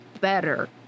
better